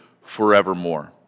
forevermore